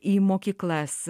į mokyklas